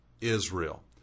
Israel